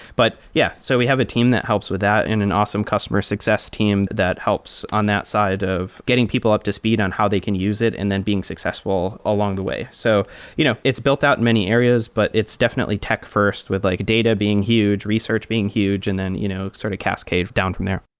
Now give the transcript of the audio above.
but yeah, so we have a team that helps with that and an awesome customer success team that helps on that side of getting people up to speed on how they can use it and then being successful along the way. so you know it's built out many areas, but it's definitely tech-first with like data being huge, research being huge and then you know sort of cascade down from there.